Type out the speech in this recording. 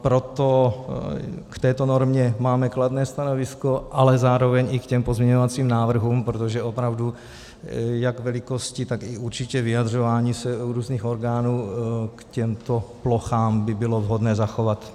Proto k této normě máme kladné stanovisko, ale zároveň i k těm pozměňovacím návrhům, protože opravdu jak velikosti, tak i určitě vyjadřování se různých orgánů k těmto plochám by bylo vhodné zachovat.